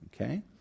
okay